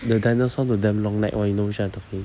the dinosaur the damn long neck [one] you know which one I talking